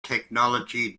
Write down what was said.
technology